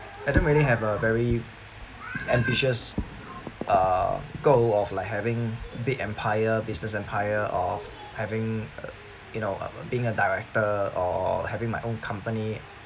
I don't really have a very ambitious err goal of like having big empire business empire of having uh you know being a director or having my own company